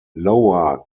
lower